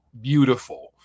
beautiful